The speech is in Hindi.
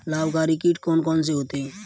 लाभकारी कीट कौन कौन से होते हैं?